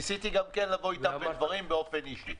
ניסיתי גם כן לבוא איתם בדברים באופן אישי.